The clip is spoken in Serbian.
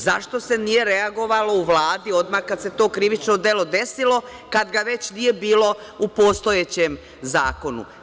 Zašto se nije reagovalo u Vladi odmah kada se to krivično delo desilo, kad ga već nije bilo u postojećem zakonu?